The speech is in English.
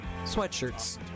sweatshirts